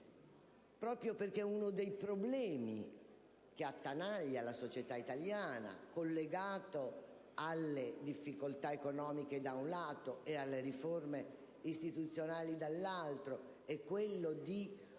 - e che uno dei problemi che attanagliano la società italiana, collegato alle difficoltà economiche, da un lato, e alle riforme istituzionali, dall'altro, è quello